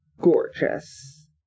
gorgeous